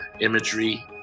imagery